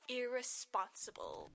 irresponsible